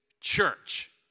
church